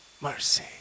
Mercy